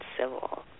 civil